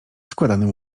składanym